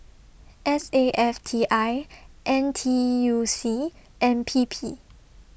S A F T I N T U C and P P